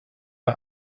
bei